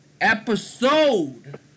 episode